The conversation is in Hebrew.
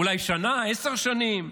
אולי שנה, עשר שנים?